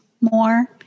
more